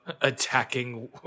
attacking